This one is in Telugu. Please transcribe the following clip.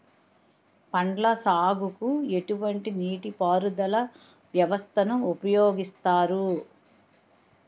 పండ్ల సాగుకు ఎటువంటి నీటి పారుదల వ్యవస్థను ఉపయోగిస్తారు?